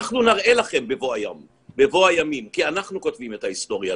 אנחנו נראה לכם בבוא היום מכיוון שאנחנו כותבים את ההיסטוריה,